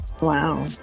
Wow